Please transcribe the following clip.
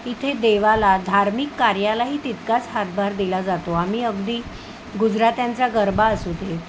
इथे देवाला धार्मिक कार्यालाही तितकाच हातभार दिला जातो आम्ही अगदी गुजरात्यांचा गरबा असू दे